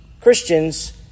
Christians